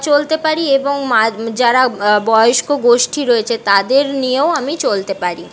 চলতে পারি এবং মা যারা বয়স্ক গোষ্ঠী রয়েছে তাদের নিয়েও আমি চলতে পারি